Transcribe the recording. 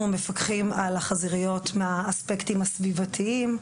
אנחנו מפקחים על החזיריות מהאספקטים הסביבתיים,